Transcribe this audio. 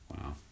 Wow